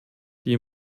die